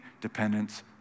dependence